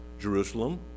Jerusalem